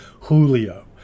Julio